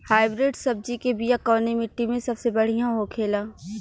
Hybrid सब्जी के बिया कवने मिट्टी में सबसे बढ़ियां होखे ला?